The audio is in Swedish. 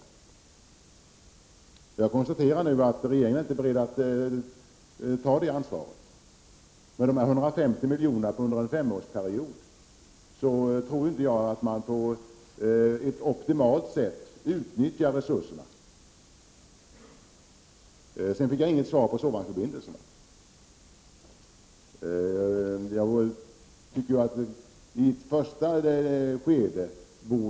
Jag konstaterar nu att regeringen inte är beredd att ta det ansvaret. Med dessa 150 miljoner under en femårsperiod tror jag inte att resurserna utnyttjas på ett optimalt sätt. Jag fick inte något svar om sovvagnsförbindelserna.